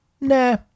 nah